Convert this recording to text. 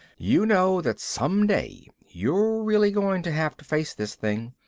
you know that some day you're really going to have to face this thing,